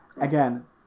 Again